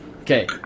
Okay